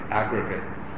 aggregates